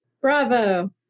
Bravo